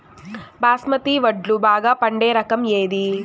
బాస్మతి వడ్లు బాగా పండే రకం ఏది